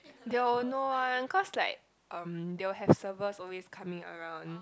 they will know one cause like um they will have servers always coming around